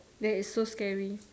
that is so scary